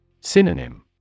Synonym